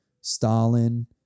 Stalin